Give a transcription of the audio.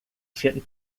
vierten